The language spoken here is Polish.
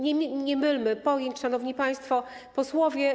Nie mylmy pojęć, szanowni państwo posłowie.